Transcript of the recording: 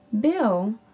Bill